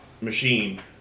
machine